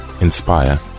inspire